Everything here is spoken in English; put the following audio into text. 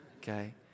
Okay